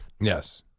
yes